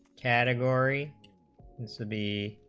category b